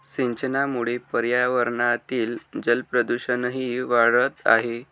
सिंचनामुळे पर्यावरणातील जलप्रदूषणही वाढत आहे